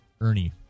Ernie